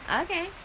Okay